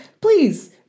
please